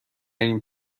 این